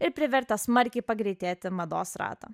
ir privertė smarkiai pagreitėti mados ratą